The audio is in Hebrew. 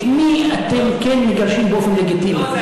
את מי אתם כן מגרשים באופן לגיטימי?